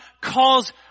calls